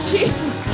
Jesus